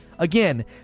Again